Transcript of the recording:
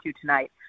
tonight